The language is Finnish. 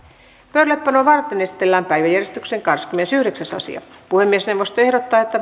pöydällepanoa varten esitellään päiväjärjestyksen kahdeskymmenesyhdeksäs asia puhemiesneuvosto ehdottaa että